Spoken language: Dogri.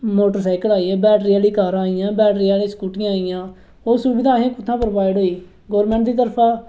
मोटर साइकल आई ए बैटरी आह्ली कारां आई एइयां बैटरी आह्ली स्कूटरियां आई इयां ओह् सुविधा असेंई कुत्थुआं प्रोवाइड होई गौरमैंट दी तरफा दा